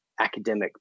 academic